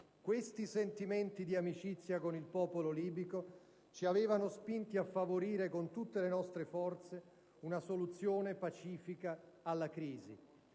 Questi sentimenti di amicizia con il popolo libico ci avevano spinti a favorire con tutte le nostre forze una soluzione pacifica alla crisi.